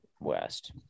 West